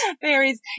Fairies